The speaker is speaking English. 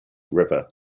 river